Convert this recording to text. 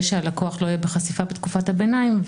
שהלקוח לא יהיה בחשיפה בתקופת הביניים,